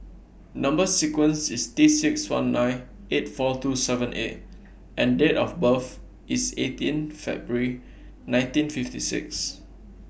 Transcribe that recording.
Number sequence IS T six one nine eight four two seven A and Date of birth IS eighteen February nineteen fifty six